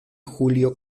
julio